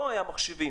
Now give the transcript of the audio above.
לא היו מחשבים,